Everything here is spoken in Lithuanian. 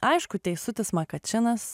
aišku teisutis makačinas